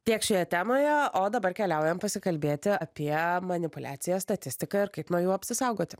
tiek šioje temoje o dabar keliaujam pasikalbėti apie manipuliacijas statistika ir kaip nuo jų apsisaugoti